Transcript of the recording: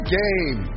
game